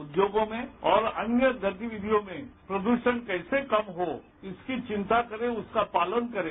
उद्योगों में और अन्य गतिविधियों में प्रदूषण कैसे कम हो इसकी चिंता करें उसका पालन करें